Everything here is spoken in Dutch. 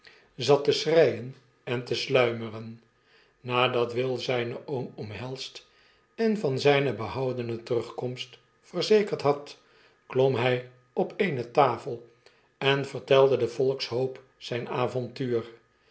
zat te schreien en te sluimeren nadat will zynen oom omhelsd en van zyne behoudene terugkomst verzekerd had klom hy op eene tafel en vertelde den volkshoop zijn avontuur